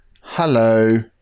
Hello